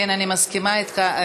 כן, אני מסכימה אתך.